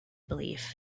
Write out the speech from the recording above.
belief